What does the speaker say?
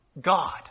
God